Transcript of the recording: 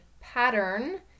pattern